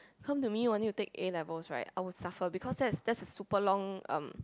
come to me wanting to take A-levels right I will suffer because that's that's a super long um